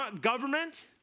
government